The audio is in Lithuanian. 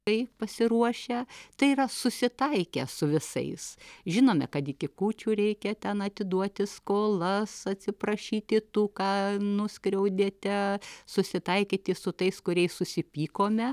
kaip pasiruošę tai yra susitaikę su visais žinome kad iki kūčių reikia ten atiduoti skolas atsiprašyti tų ką nuskriaudėte susitaikyti su tais kuriais susipykome